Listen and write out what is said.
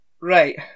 Right